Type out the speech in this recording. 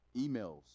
emails